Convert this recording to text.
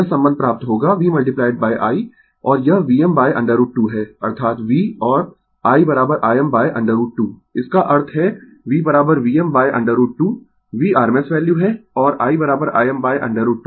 यह संबंध प्राप्त होगा V I और यह Vm√ 2 है अर्थात V और I Im√ 2 इसका अर्थ है V Vm√ 2 V rms value है और I Im√ 2 अर्थात rms वैल्यू